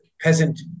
peasant